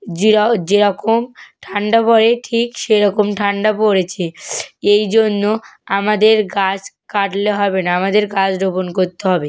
জিরাও যেরকম ঠান্ডা পড়ে ঠিক সেরকম ঠান্ডা পড়েছে এই জন্য আমাদের গাছ কাটলে হবে না আমাদের গাছ রোপণ করতে হবে